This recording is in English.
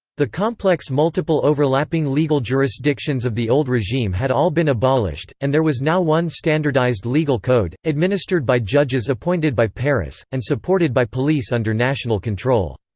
the complex multiple overlapping legal jurisdictions of the old regime had all been abolished, and there was now one standardized legal code, administered by judges appointed by paris, and supported by police under national control.